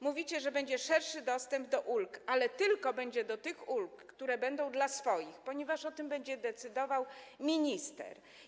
Mówicie, że będzie szerszy dostęp do ulg, ale to będzie dotyczyć tylko tych ulg, które będą dla swoich, ponieważ o tym będzie decydował minister.